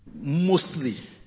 mostly